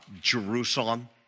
Jerusalem